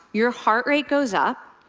your heart rate goes up,